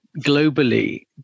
globally